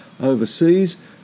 overseas